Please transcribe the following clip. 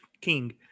king